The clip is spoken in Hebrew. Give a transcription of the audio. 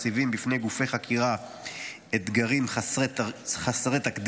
מציבה בפני גופי החקירה אתגרים חסרי תקדים.